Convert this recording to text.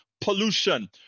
pollution